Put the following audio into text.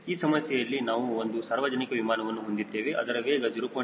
ಈ ಸಮಸ್ಯೆಯಲ್ಲಿ ನಾವು ಒಂದು ಸಾರ್ವಜನಿಕ ವಿಮಾನವನ್ನು ಹೊಂದಿದ್ದೇವೆ ಅದರ ವೇಗ 0